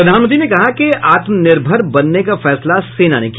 प्रधानमंत्री ने कहा कि आत्मनिर्भर बनने का फैसला सेना ने किया